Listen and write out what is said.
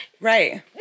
Right